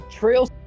Trails